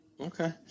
Okay